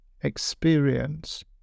experience